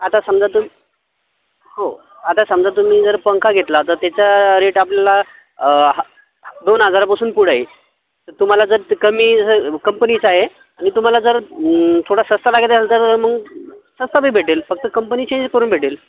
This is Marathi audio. आता समजा तुम्ही हो आता समजा तुम्ही जर पंखा घेतला तर त्याचा रेट आपल्याला ह दोन हजारापासून पुढं आहे तर तुम्हाला जर ते कमी कंपनीचा आहे आणि तुम्हाला जर थोडा सस्ता लागत असंल तर मग सस्ता भी भेटेल फक्त कंपनी चेंज करून भेटेल